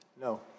No